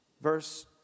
Verse